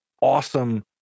awesome